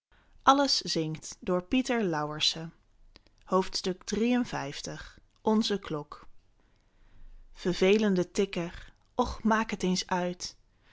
zingt n klok vervelende tikker och maak het eens uit